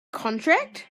contract